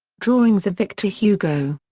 drawings of victor hugo.